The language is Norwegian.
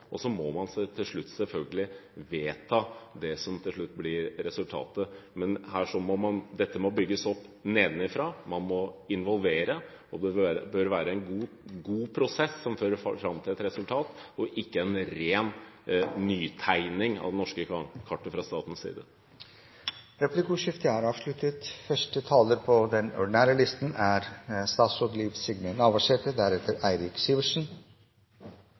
og så må man selvfølgelig vedta det som til slutt blir resultatet. Men dette må bygges opp nedenfra, man må involvere, og det bør være en god prosess som fører fram til et resultat, og ikke en ren nytegning av det norske kartet fra statens side. Replikkordskiftet er avsluttet. Det er urolege tider. Mange europeiske land slit med arbeidsløyse, budsjettkutt og låg vekst. I Noreg må me vere budde på